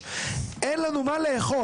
בחודש; אין לנו מה לאכול,